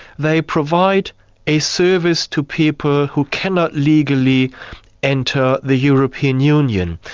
they provide a service to people who cannot legally enter the european union,